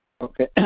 Okay